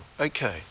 Okay